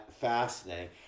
Fascinating